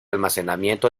almacenamiento